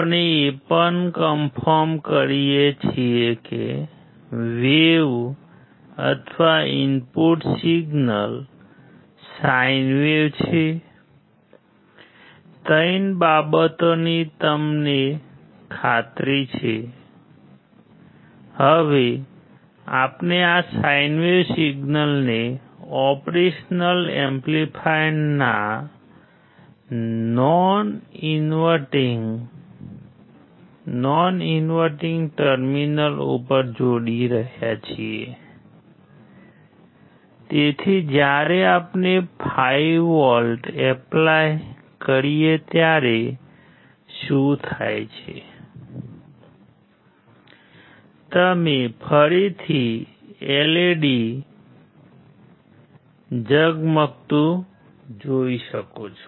આપણે એ પણ કન્ફોર્મર્ડ જોઈ શકો છો